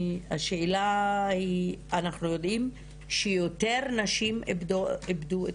השאלה היא שאנחנו יודעים שיותר נשים איבדו את